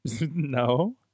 No